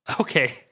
Okay